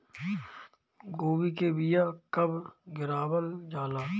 गोभी के बीया कब गिरावल जाला?